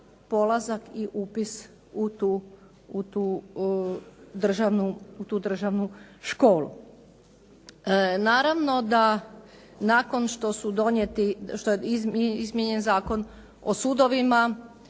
polazak i upis u tu državnu školu. Naravno da nakon što je izmijenjen Zakon o sudovima